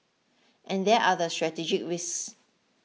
and there are the strategic risks